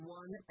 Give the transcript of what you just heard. one